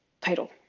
title